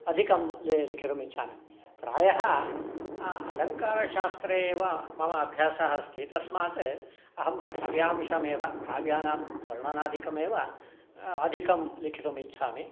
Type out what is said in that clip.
अधिकं लेखितुम् इच्छामि प्रायः अलङ्कारशास्त्रे एव मम अभ्यासः अस्ति तस्मात् अहं काव्यांशमेव काव्यानां वर्णनादिकमेव अधिकं लेखितुम् इच्छामि